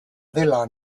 dela